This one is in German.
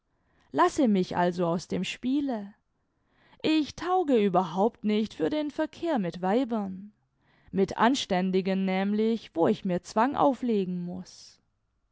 lasse mich also aus dem spiele ich tauge überhaupt nicht für den verkehr mit weibern mit anständigen nämlich wo ich mir zwang auflegen muß